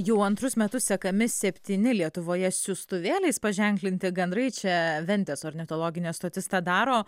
jau antrus metus sekami septyni lietuvoje siųstuvėliais paženklinti gandrai čia ventės ornitologinė stotis tą daro